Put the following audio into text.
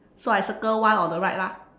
so I circle one on the right lah